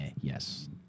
Yes